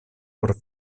por